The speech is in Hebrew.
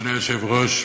אדוני היושב-ראש,